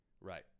Right